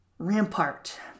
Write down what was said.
Rampart